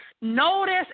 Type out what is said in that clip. Notice